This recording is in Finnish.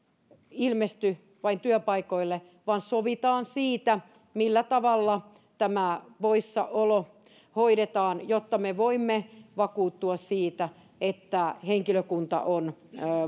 ilmesty työpaikoille vaan sovitaan siitä millä tavalla tämä poissaolo hoidetaan jotta me voimme vakuuttua siitä että henkilökunta on